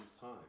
time